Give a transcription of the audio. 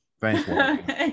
Thanks